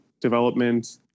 development